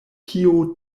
kio